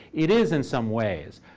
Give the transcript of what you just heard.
it is, in some ways.